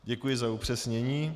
Děkuji za upřesnění.